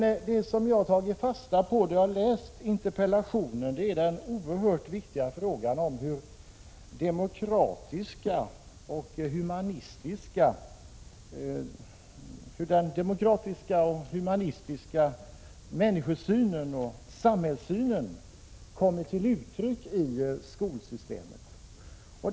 Det som jag har tagit fasta på när jag har läst interpellationen är den oerhört viktiga frågan om hur den demokratiska och humana människosynen och samhällssynen kommer till uttryck i skolsystemet.